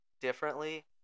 differently